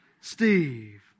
Steve